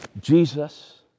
Jesus